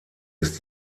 ist